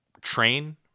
Train